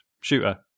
shooter